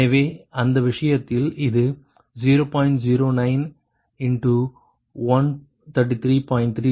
எனவே அந்த விஷயத்தில் இது 0